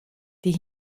die